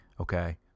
Okay